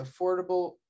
affordable